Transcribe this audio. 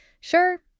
Sure